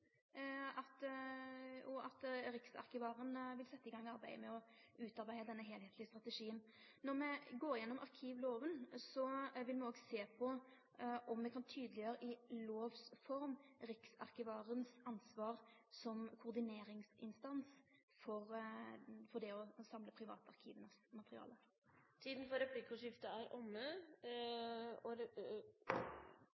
og at Riksarkivaren vil setje i gang med å utarbeide denne heilskaplege strategien. Når me går igjennom arkivlova, vil me òg sjå på om me i lovs form kan tydeleggjere Riksarkivarens ansvar som koordineringsinstans for det å samle privatarkivas materiale. Replikkordskiftet er omme.